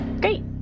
Great